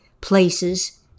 places